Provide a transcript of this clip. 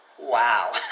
wow